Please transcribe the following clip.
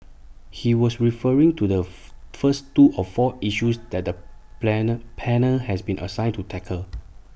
he was referring to the fur first two of four issues that the planet panel has been assigned to tackle